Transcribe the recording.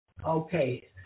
Okay